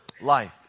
life